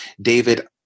David